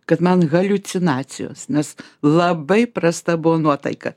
kad man haliucinacijos nes labai prasta buvo nuotaika